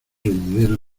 reñidero